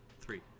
three